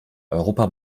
europa